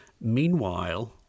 Meanwhile